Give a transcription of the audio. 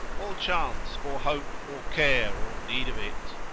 all chance, or hope, or care, or need of it!